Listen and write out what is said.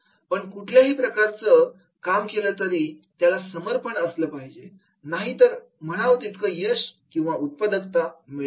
पण कुठल्याही प्रकारे काम केलं तरी त्यात समर्पण असलं पाहिजे नाही तर म्हणावं तितकं यश किंवा उत्पादकता मिळत नाही